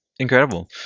incredible